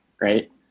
right